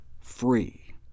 free